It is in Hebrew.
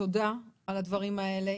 תודה על הדברים האלה.